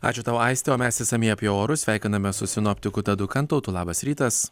ačiū tau aiste o mes išsamiai apie orus sveikinamės su sinoptikų tadu kantautu labas rytas